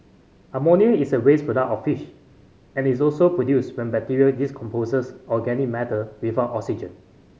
ammonia is a waste product of fish and is also produced when bacteria decomposes organic matter without oxygen